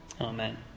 Amen